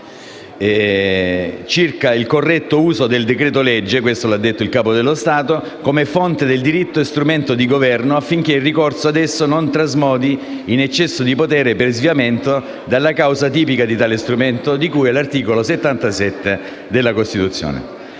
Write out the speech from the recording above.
circa il corretto uso del decreto-legge come fonte del diritto e strumento di governo, affinché il ricorso ad esso non trasmodi in eccesso di potere per sviamento dalla causa tipica di tale strumento, di cui all'articolo 77 della Costituzione.